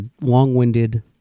long-winded